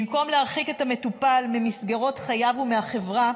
במקום להרחיק את המטופל ממסגרות חייו ומהחברה,